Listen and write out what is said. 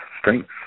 strengths